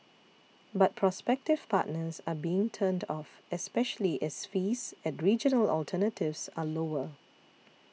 but prospective partners are being turned off especially as fees at regional alternatives are lower